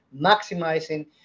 maximizing